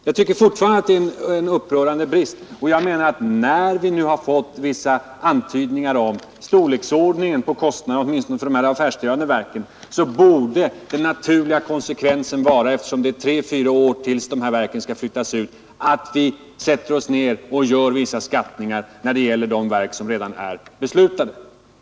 Jag tycker fortfarande att det är en upprörande brist, och jag menar att, när vi nu har fått vissa antydningar om storleksordningen på kostnaderna — åtminstone för de här affärsdrivande verken — den naturliga konsekvensen borde vara, eftersom det är tre fyra år tills de här verken skall flyttas ut, att vi sätter oss ned och gör skattningar i fråga om de verk vilkas utflyttning redan är beslutad.